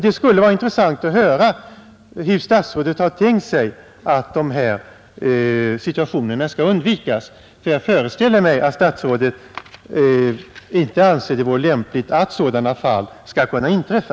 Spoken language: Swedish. Det skulle vara intressant att höra hur statsrådet har tänkt sig att sådana situationer skall undvikas — jag föreställer mig att statsrådet inte anser att det vore lämpligt att sådana fall kan inträffa.